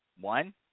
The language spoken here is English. One